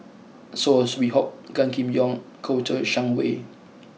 saw Swee Hock Gan Kim Yong and Kouo Shang Wei